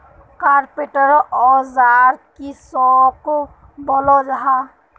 Carpenter औजार किसोक बोलो जाहा?